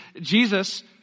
Jesus